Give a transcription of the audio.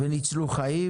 וניצלו חיים.